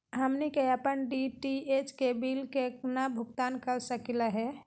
हमनी के अपन डी.टी.एच के बिल केना भुगतान कर सकली हे?